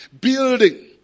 building